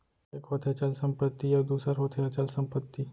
एक होथे चल संपत्ति अउ दूसर होथे अचल संपत्ति